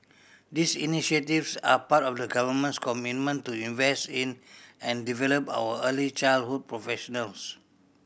these initiatives are part of the Government's commitment to invest in and develop our early childhood professionals